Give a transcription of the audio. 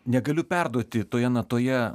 negaliu perduoti toje natoje